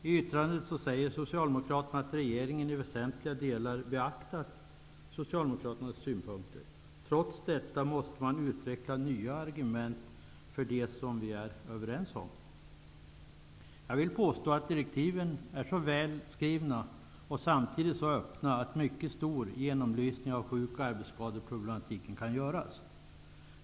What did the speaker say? I yttrandet säger Socialdemokraterna att regeringen i väsentliga delar beaktat deras synpunkter. Trots detta måste man utveckla nya argument för det som vi är överens om. Jag vill påstå att direktiven är så välskrivna och samtidigt så öppna att en mycket stor genomlysning av sjuk och arbetskadeproblematiken kan göras.